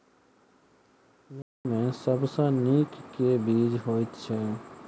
मिर्चा मे सबसँ नीक केँ बीज होइत छै?